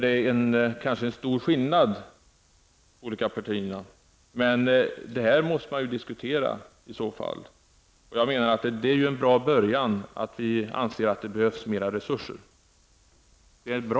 Det är kanske stor skillnad mellan de olika partierna, men detta måste man i så fall diskutera. Jag menar att det är en bra början, en bra utgångspunkt, att vi anser att det behövs mera resurser.